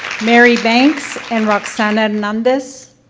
mary banks and roxanne hernandez?